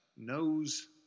knows